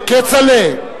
כצל'ה,